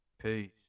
Peace